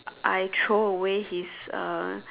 I throw away his uh